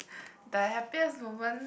the happiest moment